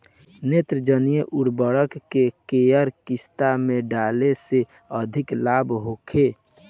नेत्रजनीय उर्वरक के केय किस्त में डाले से अधिक लाभ होखे?